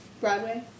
Broadway